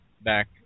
back